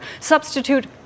Substitute